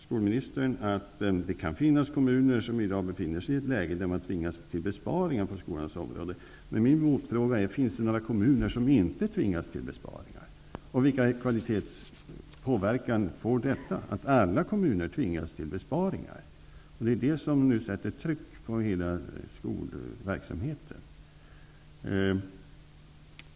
Skolministern påstår att det kan finnas kommuner som i dag befinner sig i ett läge där de tvingas till besparingar på skolans område. Min motfråga är: Finns det några kommuner som inte tvingas till besparingar? Och hur påverkar det kvaliteten att alla kommuner tvingas till besparingar? Det är det som nu sätter tryck på hela skolverksamheten.